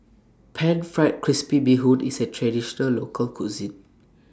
Pan Fried Crispy Bee Hoon IS A Traditional Local Cuisine